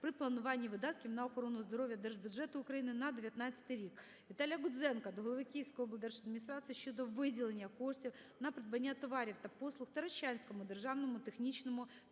при плануванні видатків на охорону здоров'я держбюджету України на 2019 рік. ВіталіяГудзенка до голови Київської облдержадміністрації щодо виділення коштів на придбання товарів та послуг Таращанському державному технічному та